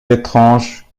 étranges